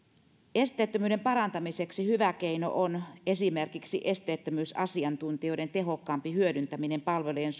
esteettömyyden parantamiseksi hyvä keino on esimerkiksi esteettömyysasiantuntijoiden tehokkaampi hyödyntäminen palvelujen